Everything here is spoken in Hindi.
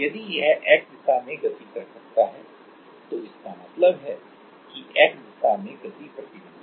यदि यह X दिशा में गति कर सकता है तो इसका मतलब है कि X दिशा में गति प्रतिबंधित नहीं है